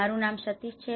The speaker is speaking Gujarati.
મારુ નામ સતીષ છે